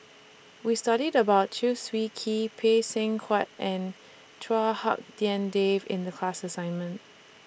We studied about Chew Swee Kee Phay Seng Whatt and Chua Hak Dien Dave in The class assignment